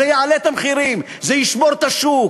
שזה יעלה את המחירים, זה ישבור את השוק.